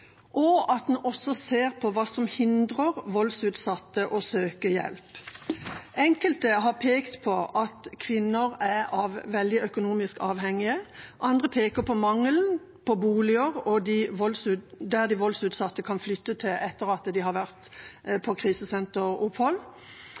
og at man også ser på hva som hindrer voldsutsatte i å søke hjelp. Enkelte har pekt på at kvinner er veldig økonomisk avhengige. Andre peker på at det mangler boliger som de voldsutsatte kan flytte til etter at de har vært